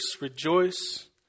rejoice